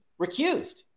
recused